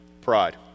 pride